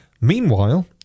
Meanwhile